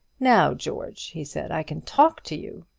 now, george, he said, i can talk to you.